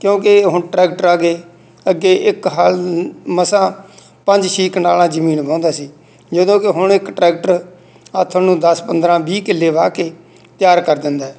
ਕਿਉਂਕਿ ਹੁਣ ਟਰੈਕਟਰ ਆ ਗਏ ਅੱਗੇ ਇੱਕ ਹਲ ਮਸਾਂ ਪੰਜ ਛੇ ਕਨਾਲਾਂ ਜ਼ਮੀਨ ਵਾਹੁੰਦਾ ਸੀ ਜਦੋਂ ਕਿ ਹੁਣ ਇੱਕ ਟਰੈਕਟਰ ਆਥਣ ਨੂੰ ਦਸ ਪੰਦਰ੍ਹਾਂ ਵੀਹ ਕਿੱਲੇ ਵਾਹ ਕੇ ਤਿਆਰ ਕਰ ਦਿੰਦਾ